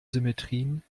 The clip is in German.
symmetrien